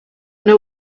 know